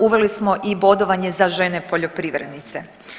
Uveli smo i bodovanje za žene poljoprivrednice.